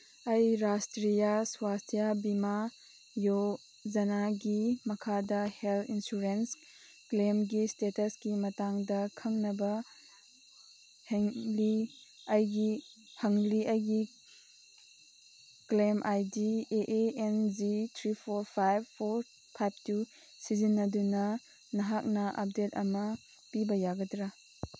ꯑꯩ ꯔꯥꯁꯇ꯭ꯔꯤꯌꯥ ꯁ꯭ꯋꯥꯁꯊꯤꯌꯥ ꯕꯤꯃꯥ ꯌꯣꯖꯅꯥꯒꯤ ꯃꯈꯥꯗ ꯍꯦꯜꯠ ꯏꯟꯁꯨꯔꯦꯟꯁ ꯀ꯭ꯂꯦꯝꯒꯤ ꯏꯁꯇꯦꯇꯁꯀꯤ ꯃꯇꯥꯡꯗ ꯈꯪꯅꯕ ꯑꯩꯒꯤ ꯍꯪꯂꯤ ꯑꯩꯒꯤ claim I D A A N G three four five four five two ꯁꯤꯖꯤꯟꯅꯗꯨꯅ ꯅꯍꯥꯛꯅ ꯑꯞꯗꯦꯠ ꯑꯃ ꯄꯤꯕ ꯌꯥꯒꯗ꯭ꯔꯥ